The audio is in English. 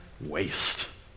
waste